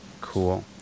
Cool